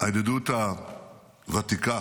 הידידות הוותיקה